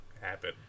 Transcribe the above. happen